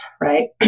right